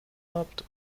habt